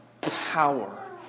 power